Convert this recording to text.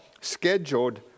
scheduled